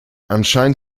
anscheinend